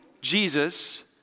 Jesus